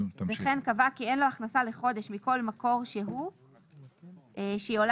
וכן קבע כי אין לו הכנסה לחודש מכל מקור שהוא שהיא עולה